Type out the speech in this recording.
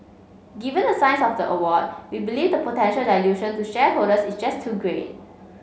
given the size of the award we believe the potential dilution to shareholders is just too great